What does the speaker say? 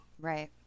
Right